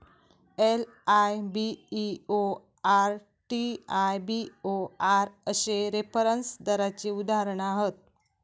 LIBOR, TIBOR अश्ये reference दराची उदाहरणा हत